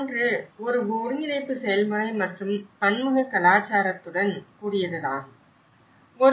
ஒன்று ஒரு ஒருங்கிணைப்பு செயல்முறை மற்றும் பன்முககலாச்சாரவாதத்துடன் கூடியதாகும்